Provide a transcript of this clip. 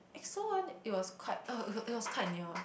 EXO [one] it was quite uh it it was quite near